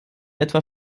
etwa